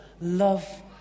love